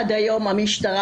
עד היום המשטרה,